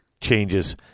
changes